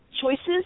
choices